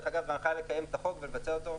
דרך אגב, ההנחייה לקיים את החוק ולבצע אותו.